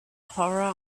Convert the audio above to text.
horror